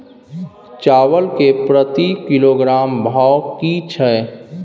चावल के प्रति किलोग्राम भाव की छै?